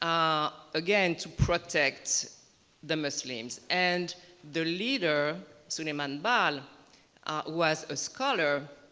um again to protect the muslims. and their leader sulaiman ball was a scholar.